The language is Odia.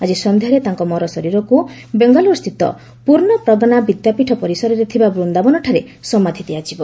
ଆକି ସନ୍ଧ୍ୟାରେ ତାଙ୍କ ମରଶରୀରକୁ ବେଙ୍ଗାଲୁରୁସ୍ଥିତ ପୂର୍୍ଣପ୍ରଗନା ବିଦ୍ୟାପୀଠ ପରିସରରେ ଥିବା ବୃନ୍ଦାବନଠାରେ ସମାଧ୍ ଦିଆଯିବ